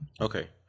Okay